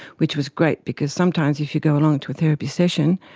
which was great because sometimes if you go along to a therapy session,